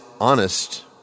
honest